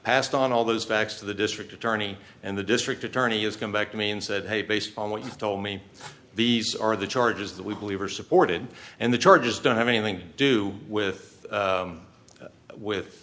passed on all those facts to the district attorney and the district attorney is going back to me and said hey based on what you told me these are the charges that we believe are supported and the charges don't have anything to do with with